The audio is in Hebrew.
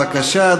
בבקשה,